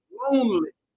lonely